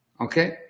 Okay